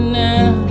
now